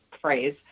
phrase